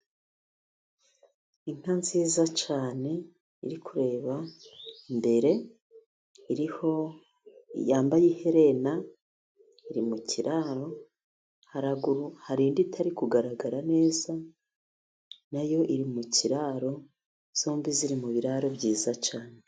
Inka nziza cyane iri kureba imbere. Yambaye iherena, iri mu kiraro. Haruguru hari indi itari kugaragara neza, na yo iri mu kiraro. zombi ziri mu biraro byiza cyane.